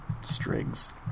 strings